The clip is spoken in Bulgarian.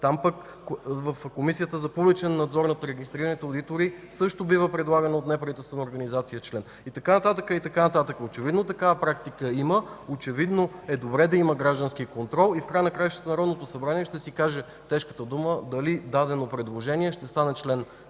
Там в Комисията за публичен надзор над регистрираните одитори също бива предлаган член от неправителствените организации. И така нататък, и така нататък. Очевидно такава практика има и очевидно е добре да има граждански контрол. В края на краищата Народното събрание ще си каже тежката дума дали дадено предложение ще стане член